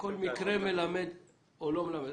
כל מקרה מלמד או לא מלמד.